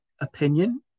opinion